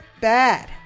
Bad